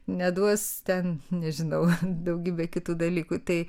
neduos ten nežinau daugybė kitų dalykų tai